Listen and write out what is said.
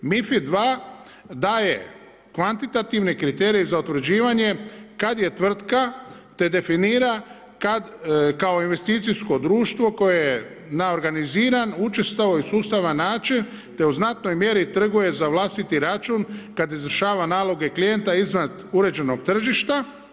MiFID 2 daje kvantitativne kriterije za utvrđivanje kad je tvrtka, te definira, kao investicijsko društvo, koje na organiziran učestao i sustavan način, te u znatnoj mjeri trguje za vlastiti račun, kada izvršava naloge klijenta iznad uređenog tržišta.